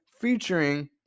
featuring